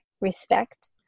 respect